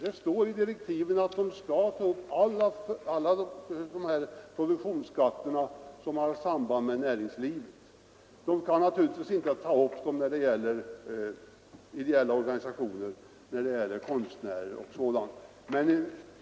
Det står i direktiven att företagsskatteutredningen skall behandla alla produktionsskatter som har samband med näringslivet, men beredningen kan naturligtvis inte ta upp dessa frågor när det gäller ideella organisationer och konstnärer.